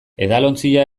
edalontzia